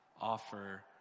offer